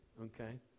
Okay